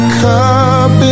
cup